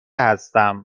هستم